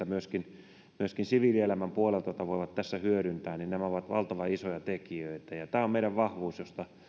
myöskin myöskin siviilielämän puolelta kokemuksia joita voivat tässä hyödyntää nämä ovat valtavan isoja tekijöitä tämä on meidän vahvuutemme josta